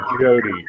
Jody